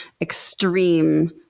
extreme